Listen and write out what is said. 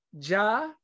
Ja